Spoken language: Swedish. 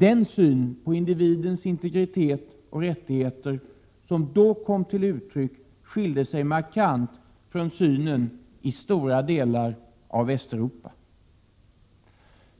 Den syn på individens integritet och rättigheter som då kom till uttryck skilde sig markant från synen i stora delar av Västeuropa.